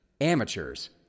Amateurs